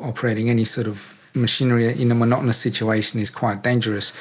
operating any sort of machinery ah in a monotonous situation is quite dangerous.